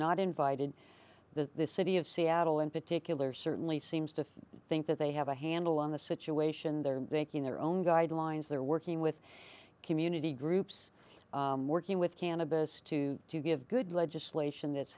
not invited that the city of seattle in particular certainly seems to think that they have a handle on the situation there thanking their own guidelines they're working with community groups working with cannabis to to give good legislation that's